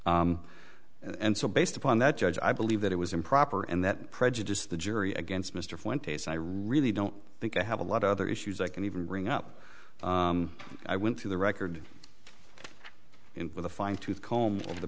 in and so based upon that judge i believe that it was improper and that prejudice the jury against mr fuentes i really don't think i have a lot of other issues i can even bring up i went through the record it with a fine tooth comb over the